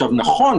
נכון,